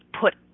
put